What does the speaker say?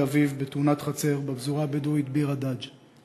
אביו בתאונת חצר בפזורה הבדואית ביר-הדאג';